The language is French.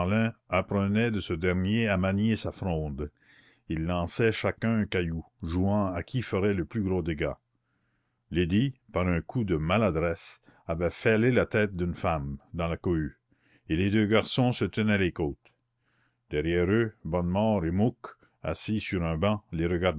apprenaient de ce dernier à manier sa fronde ils lançaient chacun un caillou jouant à qui ferait le plus gros dégât lydie par un coup de maladresse avait fêlé la tête d'une femme dans la cohue et les deux garçons se tenaient les côtes derrière eux bonnemort et mouque assis sur un banc les